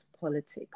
politics